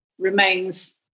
remains